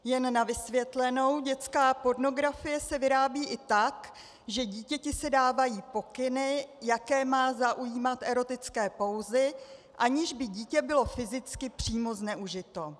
Jen na vysvětlenou, dětská pornografie se vyrábí i tak, že dítěti se dávají pokyny, jaké má zaujímat erotické pózy, aniž by dítě bylo fyzicky přímo zneužito.